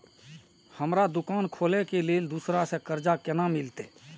हमरा दुकान खोले के लेल दूसरा से कर्जा केना मिलते?